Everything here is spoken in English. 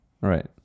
Right